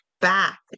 back